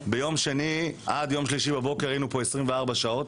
מיום שני עד יום שלישי בבוקר היינו פה 24 שעות.